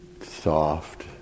Soft